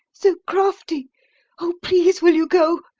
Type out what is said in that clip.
so crafty oh, please, will you go?